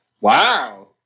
Wow